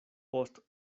post